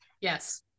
Yes